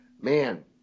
Man